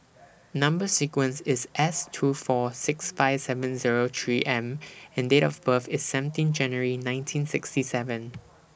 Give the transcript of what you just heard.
Number sequence IS S two four six five seven Zero three M and Date of birth IS seventeen January nineteen sixty seven